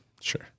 Sure